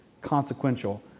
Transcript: consequential